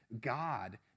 God